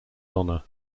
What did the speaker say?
honour